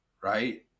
right